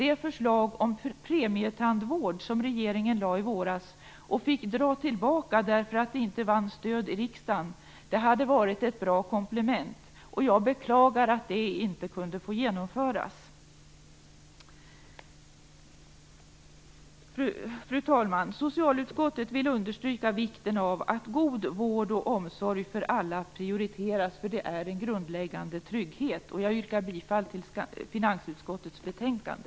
Det förslag om premietandvård som regeringen lade fram i våras och fick dra tillbaka därför att det inte vann stöd i riksdagen hade varit ett bra komplement. Jag beklagar att det inte kunde få genomföras. Fru talman! Socialutskottet vill understryka vikten av att god vård och omsorg för alla prioriteras, för det är en grundläggande trygghet. Jag yrkar bifall till finansutskottets betänkande.